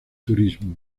turismo